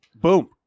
boom